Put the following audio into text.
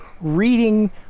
reading